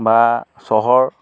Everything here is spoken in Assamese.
বা চহৰ